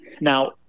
Now